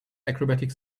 acrobatic